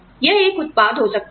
यह एक उत्पाद हो सकता है